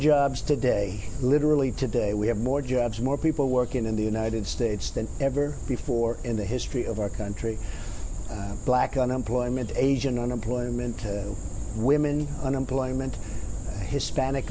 jobs today literally today we have more jobs more people working in the united states than ever before in the history of our country black unemployment asian unemployment women unemployment hispanic